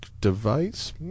device